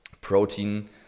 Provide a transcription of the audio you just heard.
protein